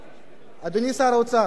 אדוני שר האוצר,